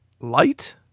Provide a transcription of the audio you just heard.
light